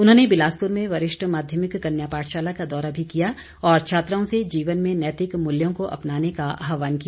उन्होंने बिलासपुर में वरिष्ठ माध्यमिक कन्या पाठशाला का दौरा भी किया और छात्राओं से जीवन में नैतिक मूल्यों को अपनाने का आहवान किया